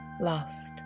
Lost